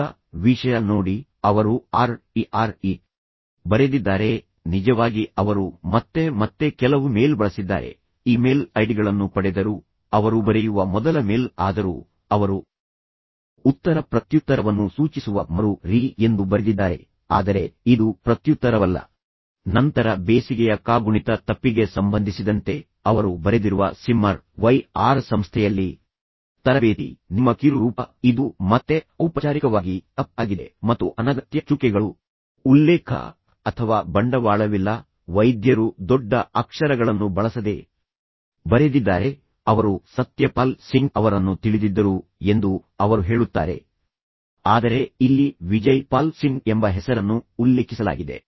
ಈಗ ವಿಷಯ ನೋಡಿ ಅವರು Re Re ಬರೆದಿದ್ದಾರೆ ನಿಜವಾಗಿ ಅವರು ಮತ್ತೆ ಮತ್ತೆ ಕೆಲವು ಮೇಲ್ ಬಳಸಿದ್ದಾರೆ ಇಮೇಲ್ ಐಡಿಗಳನ್ನು ಪಡೆದರು ಅವರು ಬರೆಯುವ ಮೊದಲ ಮೇಲ್ ಆದರೂ ಅವರು ಉತ್ತರ ಪ್ರತ್ಯುತ್ತರವನ್ನು ಸೂಚಿಸುವ ಮರು ರೀ ಎಂದು ಬರೆದಿದ್ದಾರೆ ಆದರೆ ಇದು ಪ್ರತ್ಯುತ್ತರವಲ್ಲ ನಂತರ ಬೇಸಿಗೆಯ ಕಾಗುಣಿತ ತಪ್ಪಿಗೆ ಸಂಬಂಧಿಸಿದಂತೆ ಅವರು ಬರೆದಿರುವ ಸಿಮ್ಮರ್ yr ಸಂಸ್ಥೆಯಲ್ಲಿ ತರಬೇತಿ ನಿಮ್ಮ ಕಿರು ರೂಪ ಇದು ಮತ್ತೆ ಔಪಚಾರಿಕವಾಗಿ ತಪ್ಪಾಗಿದೆ ಮತ್ತು ಅನಗತ್ಯ ಚುಕ್ಕೆಗಳು ಉಲ್ಲೇಖ ಅಥವಾ ಬಂಡವಾಳವಿಲ್ಲ ವೈದ್ಯರು ದೊಡ್ಡ ಅಕ್ಷರಗಳನ್ನು ಬಳಸದೆ ಬರೆದಿದ್ದಾರೆ ಮತ್ತೆ ಸಹಾಯಕ ಪ್ರಾಧ್ಯಾಪಕರು ದೊಡ್ಡ ಅಕ್ಷರಗಳಿಲ್ಲ ಮತ್ತು ನಂತರ ಅನಗತ್ಯವಾಗಿ ಚುಕ್ಕೆಗಳನ್ನು ಬಳಸುತ್ತಾರೆ ಮತ್ತು ನೀವು ಮುಖ್ಯ ಪಠ್ಯವನ್ನು ನೋಡಿದರೆ ಅವರು ಸತ್ಯಪಾಲ್ ಸಿಂಗ್ ಅವರನ್ನು ತಿಳಿದಿದ್ದರು ಎಂದು ಅವರು ಹೇಳುತ್ತಾರೆ ಆದರೆ ಇಲ್ಲಿ ವಿಜಯ್ ಪಾಲ್ ಸಿಂಗ್ ಎಂಬ ಹೆಸರನ್ನು ಉಲ್ಲೇಖಿಸಲಾಗಿದೆ